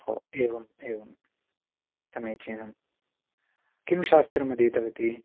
ओ एवम् एवं समीचीनं किं शास्त्रमधीतवती